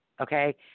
okay